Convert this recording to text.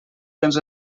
tens